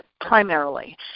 primarily